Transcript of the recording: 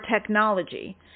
technology